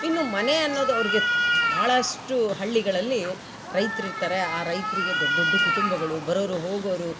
ಇನ್ನು ಮನೆ ಅನ್ನೋದು ಅವರಿಗೆ ಭಾಳಷ್ಟು ಹಳ್ಳಿಗಳಲ್ಲಿ ರೈತ್ರು ಇರ್ತಾರೆ ಆ ರೈತರಿಗೆ ದೊಡ್ಡ ದೊಡ್ದ ಕುಟುಂಬಗಳು ಬರೋರು ಹೋಗೊವ್ರು